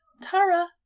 Tara